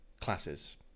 classes